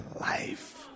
life